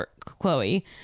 Chloe